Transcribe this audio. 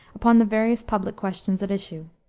upon the various public questions at issue.